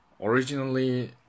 Originally